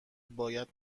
باید